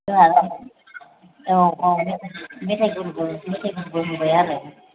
औ औ मेथाय गुरबो होबाय आरो